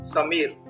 Samir